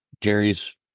Jerry's